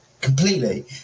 completely